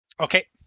Okay